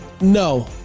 No